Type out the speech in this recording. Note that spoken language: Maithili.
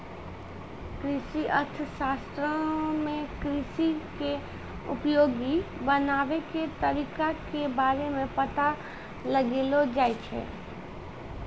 कृषि अर्थशास्त्रो मे कृषि के उपयोगी बनाबै के तरिका के बारे मे पता लगैलो जाय छै